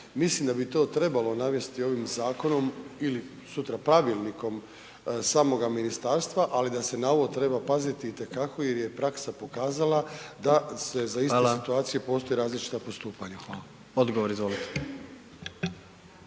Mislim da bi to trebalo navesti ovim zakonom ili sutra pravilnikom samoga ministarstva, ali da se na ovo treba paziti i te kako jer je praksa pokazala da se za iste situacije …/Upadica: Hvala./… postoji različita postupanja. **Jandroković,